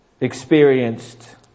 experienced